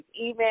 email